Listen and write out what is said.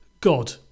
God